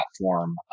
platform